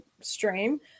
stream